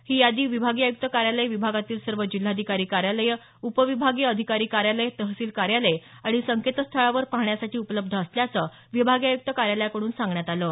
ही यादी विभागीय आयुक्त कार्यालय विभागातील सर्व जिल्हाधिकारी कार्यालयं उप विभागीय अधिकारी कार्यालय तहसील कार्यालय आणि संकेतस्थळावर पाहण्यासाठी उपलब्ध असल्याचं विभागीय आयुक्त कार्यालयाकडून सांगण्यात आलं आहे